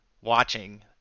watching